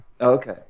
Okay